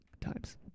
Times